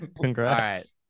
Congrats